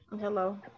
Hello